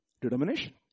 Determination